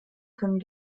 können